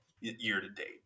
year-to-date